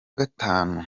gatanu